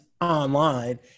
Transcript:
online